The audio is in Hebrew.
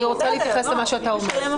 אני רוצה להתייחס למה שאתה אומר.